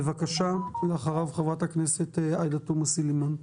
בבקשה, ולאחריו, חברת הכנסת עאידה תומא סלימאן.